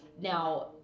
now